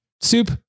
Soup